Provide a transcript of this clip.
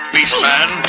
Beastman